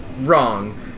Wrong